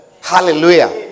Hallelujah